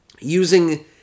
Using